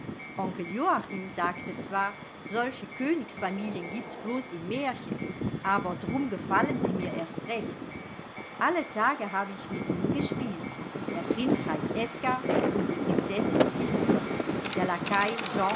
onkel joachim sagte zwar solche königsfamilien gibts blos im märchen aber drum gefallen sie mir erst recht alle tage habe ich mit ihnen gespielt der prinz heißt edgar und die prinzessin sylphe der lakai